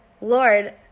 lord